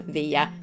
via